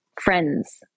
friends